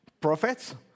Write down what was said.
prophets